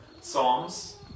Psalms